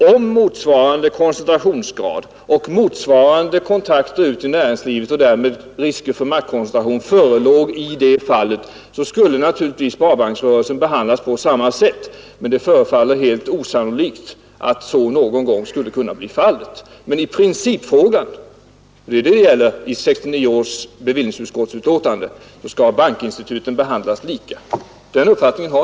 Om motsvarande koncentrationsgrad och motsvarande kontakter ut till näringslivet med risk för maktkoncentration förelåg i det fallet, skulle naturligtvis sparbanksrörelsen behandlas på samma sätt, men det förefaller helt osannolikt att så någon gång skulle kunna bli fallet. Men i principfrågan — det är den det gäller i 1969 års bevillningsutskottsbetänkande — skall bankinstituten behandlas lika. Den uppfattningen har